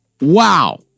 Wow